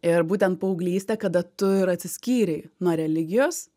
ir būtent paauglystė kada tu ir atsiskyrei nuo religijos